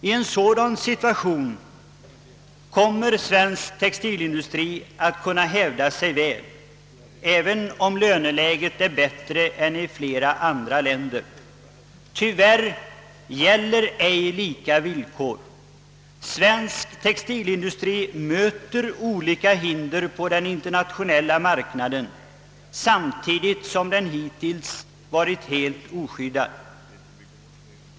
I en sådan situation kommer svensk textilindustri att kunna hävda sig väl, även om löneläget är bättre här än i flera andra länder. Men tyvärr gäller icke för närvarande lika villkor. Svensk textilindustri möter olika hinder på den internationella marknaden, samtidigt som den hittills varit helt oskyddad.